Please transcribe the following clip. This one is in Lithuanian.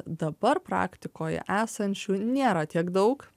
dabar praktikoje esančių nėra tiek daug